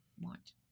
want